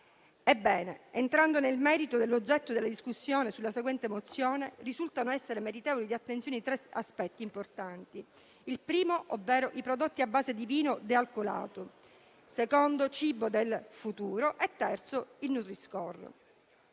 salute. Entrando nel merito dell'oggetto della discussione sulla seguente mozione, risultano essere meritevoli di attenzione tre aspetti importanti: il primo, ovvero, i prodotti a base di vino dealcolato; il secondo il cibo del futuro e il terzo il nutri-score.